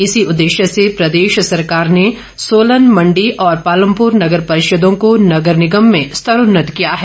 इसी उद्देश्य से प्रदेश सरकार ने सोलन मण्डी और पालमपुर नगर परिषदों को नगर निगम में स्तरोन्नत किया है